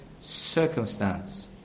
circumstance